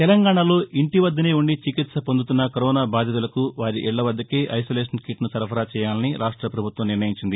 తెలంగాణలో ఇంటివద్దనే వుండి చికిత్స పొందుతున్న కరోనా బాధితులకు వారి ఇళ్ల వద్దకే ఐసొలేషన్ కిట్ను సరఫరా చేయాలని రాష్ట్ర ప్రభుత్వం నిర్ణయించింది